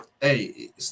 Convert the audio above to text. hey